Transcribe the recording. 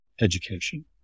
education